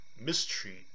mistreat